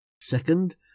Second